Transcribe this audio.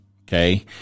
okay